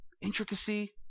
intricacy